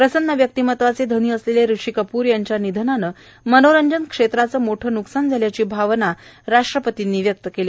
प्रसन्न व्यक्तिमत्वाचे धनी असलेले ऋषी कपूर यांच्या निधनानं मनोरंजन क्षेत्राचं मोठं न्कसान झाल्याची भावना राष्ट्रपतींनी व्यक्त केली